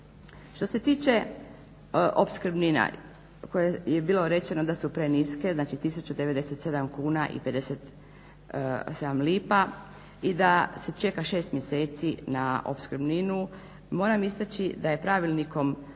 Što se tiče opskrbnina o kojoj je bilo rečeno da su preniske, znači 1.095,57 kn i da se čeka 6 mjeseci na opskrbninu. Moramo istaći da je Pravilnikom